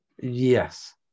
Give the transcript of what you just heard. Yes